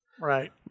Right